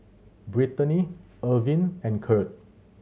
Brittaney Irving and Curt